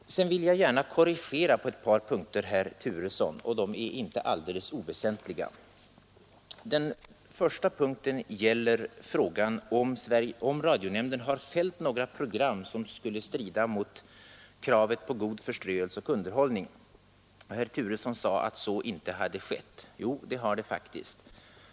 Sedan vill jag gärna korrigera herr Turesson på ett par punkter, som inte är alldeles oväsentliga. Den första punkten gäller frågan, om radionämnden har fällt några program som skulle strida mot kravet på god förströelse och underhållning. Herr Turesson sade att så inte har skett. Jo, det har det faktiskt.